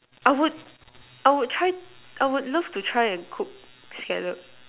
I would I would try I would love to try and cook scallop